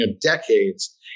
decades